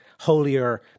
holier